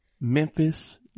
Memphis